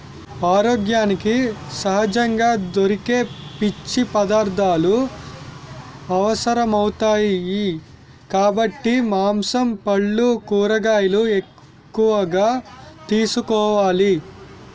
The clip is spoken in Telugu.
ఆరోగ్యానికి సహజంగా దొరికే పీచు పదార్థాలు అవసరమౌతాయి కాబట్టి మాంసం, పల్లు, కూరగాయలు ఎక్కువగా తీసుకోవాలి